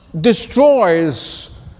destroys